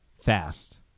fast